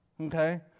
okay